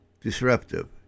disruptive